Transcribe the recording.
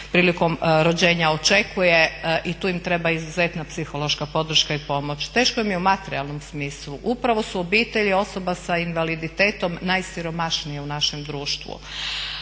prilikom rođenja očekuje i tu im treba izuzetna psihološka podrška i pomoć. Teško im je i u materijalnom smislu. Upravo su obitelji osoba s invaliditetom najsiromašnije u našem društvu.